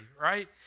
right